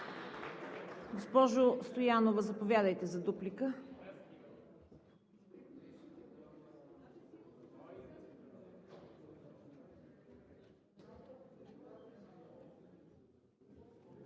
Госпожо Стоянова, заповядайте за дуплика.